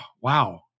wow